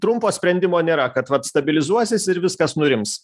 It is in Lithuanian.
trumpo sprendimo nėra kad vat stabilizuosis ir viskas nurims